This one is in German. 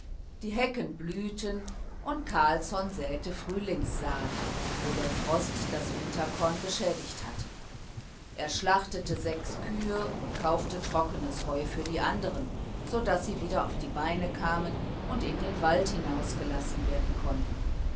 die hecken blühten und carlsson säte frühlingssaat wo der frost das winterkorn beschädigt hatte er schlachtete sechs kühe und kaufte trockenes heu für die andern so daß sie wieder auf die beine kamen und in den wald hinausgelassen werden konnten